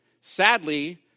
Sadly